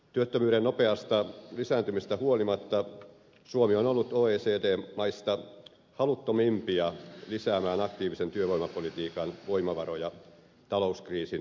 työttömyyden nopeasta lisääntymisestä huolimatta suomi on ollut oecd maista haluttomimpia lisäämään aktiivisen työvoimapolitiikan voimavaroja talouskriisin aikana